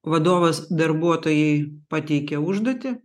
vadovas darbuotojai pateikia užduotį